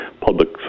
public